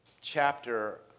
chapter